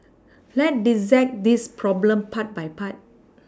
let's dissect this problem part by part